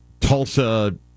Tulsa